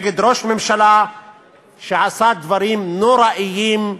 נגד ראש ממשלה שעשה דברים נוראיים,